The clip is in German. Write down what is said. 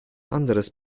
anderes